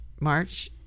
March